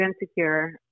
insecure